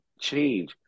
change